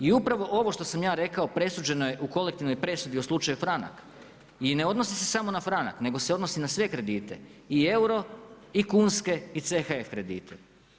I upravo ovo što sam ja rekao, presuđeno je u kolektivnoj presudi u slučaju Franak i ne odnosi se samo na franak nego sve odnosi na sve kredite, i euro i kunske i CHF kredite.